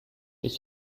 ich